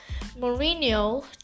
Mourinho